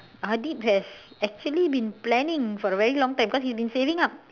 Adib has actually been planning for a very long time cause he has been saving up